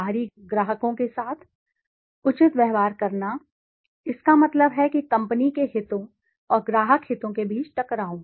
बाहरी ग्राहकों के साथ उचित व्यवहार करना इसका मतलब है कि कंपनी के हितों और ग्राहक हितों के बीच टकराव